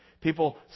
People